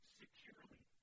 securely